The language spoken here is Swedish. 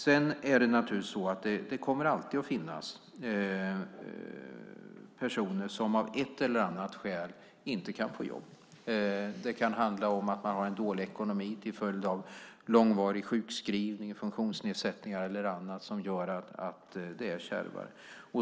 Sedan kommer det naturligtvis alltid att finnas personer som av ett eller annat skäl inte kan försörja sig. Det kan handla om att man har en dålig ekonomi till följd av långvarig sjukskrivning, funktionsnedsättningar eller annat som gör att det är kärvare.